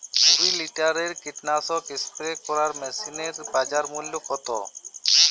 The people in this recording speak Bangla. কুরি লিটারের কীটনাশক স্প্রে মেশিনের বাজার মূল্য কতো?